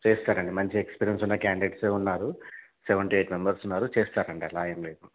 చేస్తారండి మంచి ఎక్స్పీరియన్స్ ఉన్న క్యాండేట్సే అయితే ఉన్నారు సెవెన్ టూ ఎయిట్ మెంబర్స్ ఉన్నారు చేస్తారండి అలా ఏం లేదు